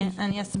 אני אסביר.